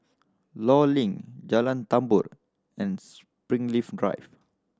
Law Link Jalan Tambur and Springleaf Drive